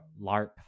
LARP